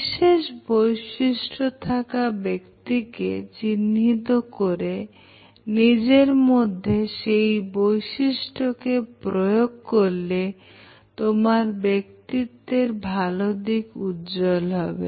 বিশেষ বৈশিষ্ট্য থাকা ব্যক্তিত্বকে চিহ্নিত করে নিজের মধ্যে সেই বৈশিষ্ট্যকে প্রয়োগ করলে তোমার ব্যক্তিত্বের ভালো দিক উজ্জ্বল হবে